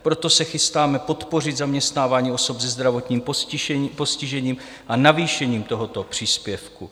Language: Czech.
Proto se chystáme podpořit zaměstnávání osob se zdravotním postižením a navýšením tohoto příspěvku.